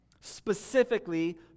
specifically